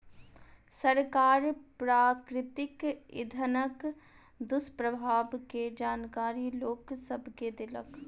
सरकार प्राकृतिक इंधनक दुष्प्रभाव के जानकारी लोक सभ के देलक